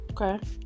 Okay